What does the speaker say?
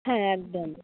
হ্যাঁ একদম